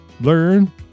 learn